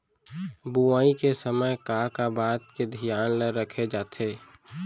बुआई के समय का का बात के धियान ल रखे जाथे?